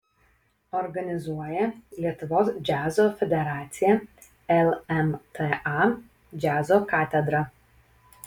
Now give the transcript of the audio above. organizuoja lietuvos džiazo federacija lmta džiazo katedra